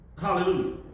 Hallelujah